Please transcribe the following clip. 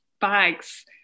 bags